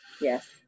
Yes